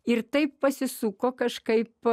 ir taip pasisuko kažkaip